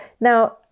Now